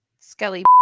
skelly